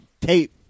tape